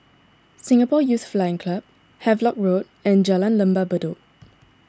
Singapore Youth Flying Club Havelock Road and Jalan Lembah Bedok